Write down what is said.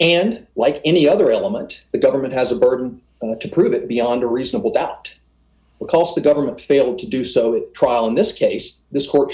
and like any other element the government has a burden to prove it beyond a reasonable doubt because the government failed to do so if trial in this case this court